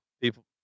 people